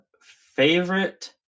favorite